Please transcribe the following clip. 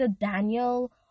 Daniel